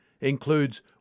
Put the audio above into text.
includes